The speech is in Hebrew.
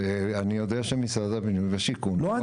ואני יודע שמשרד הבינוי והשיכון --- אתה